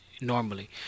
normally